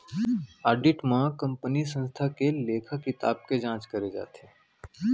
audit म कंपनीय संस्था के लेखा किताब के जांच करे जाथे